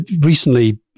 recently